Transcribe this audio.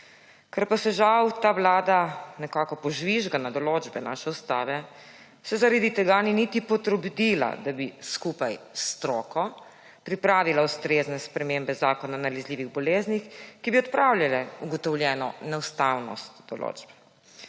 Ker pa se žal ta vlada nekako požvižga na določbe naše ustave, se zaradi tega ni niti potrudila, da bi skupaj s stroko pripravila ustrezne spremembe Zakona o nalezljivih boleznih, ki bi odpravljale ugotovljeno neustavnost določb.